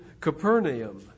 Capernaum